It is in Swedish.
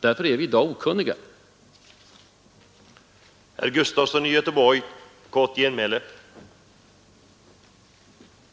Därför är vi i dag okunniga om vad som skulle ha skett.